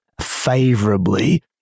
favorably